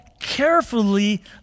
carefully